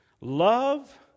Love